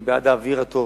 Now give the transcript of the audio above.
אני בעד האוויר הטוב.